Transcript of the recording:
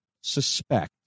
suspect